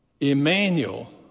Emmanuel